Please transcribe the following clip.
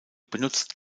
benutzt